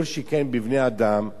כל שכן בבני-אדם,